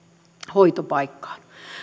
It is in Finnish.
hoitopaikkaan